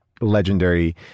legendary